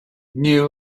knew